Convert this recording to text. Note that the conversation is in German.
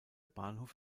bahnhof